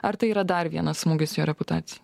ar tai yra dar vienas smūgis jo reputacijai